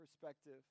perspective